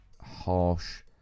harsh